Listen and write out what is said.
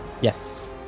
Yes